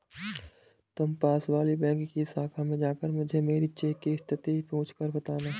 तुम पास वाली बैंक की शाखा में जाकर मुझे मेरी चेक की स्थिति पूछकर बताना